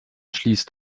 schließt